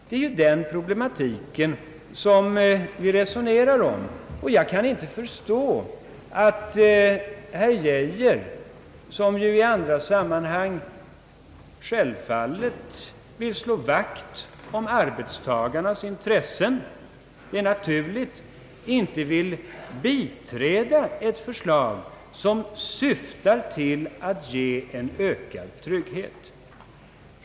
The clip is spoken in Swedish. Det är ju den problematiken som vi resonerar om. Jag kan inte förstå att herr Geijer, som ju i andra sammanhang självfallet vill slå vakt om arbetstagarnas intressen — det är naturligt — inte vill biträda ett förslag som syftar till att ge en ökad trygghet.